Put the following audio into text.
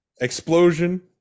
explosion